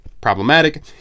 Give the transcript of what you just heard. problematic